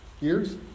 years